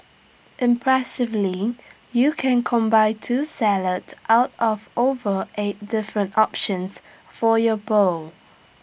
impressively you can combine two salads out of over eight different options for your bowl